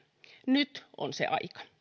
nyt on se aika